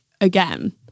again